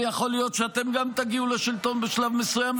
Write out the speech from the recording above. ויכול להיות שאתם גם תגיעו לשלטון בשלב מסוים,